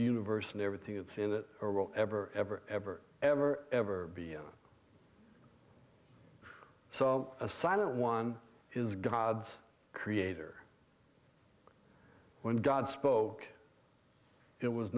universe and everything that's in it or will ever ever ever ever ever be so a silent one is god's creator when god spoke it was